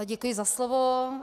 Děkuji za slovo.